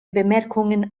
bemerkungen